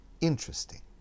interesting